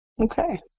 Okay